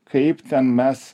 kaip ten mes